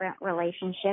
relationship